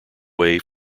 way